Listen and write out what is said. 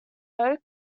folk